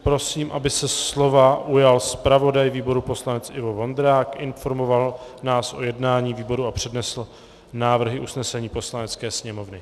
Prosím, aby se slova ujal zpravodaj výboru poslanec Ivo Vondrák, informoval nás o jednání výboru a přednesl návrhy usnesení Poslanecké sněmovny.